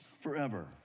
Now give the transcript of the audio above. forever